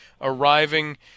arriving